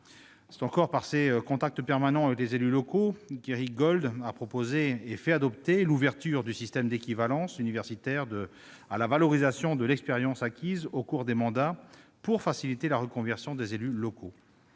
C'est encore par ses contacts permanents avec les élus locaux qu'Éric Gold a proposé et fait adopter l'ouverture du système d'équivalence universitaire à la valorisation de l'expérience acquise au cours des mandats, pour faciliter la reconversion des élus locaux.